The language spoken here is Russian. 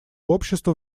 общества